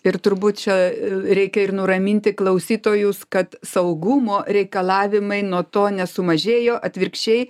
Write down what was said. ir turbūt čia a reikia ir nuraminti klausytojus kad saugumo reikalavimai nuo to nesumažėjo atvirkščiai